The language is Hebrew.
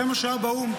אחרי מה שהיה באו"ם,